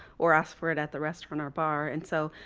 or ask for it at the restaurant or bar. and so,